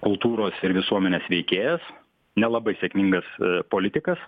kultūros ir visuomenės veikėjas nelabai sėkmingas politikas